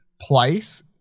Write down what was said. place